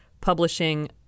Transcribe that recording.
publishing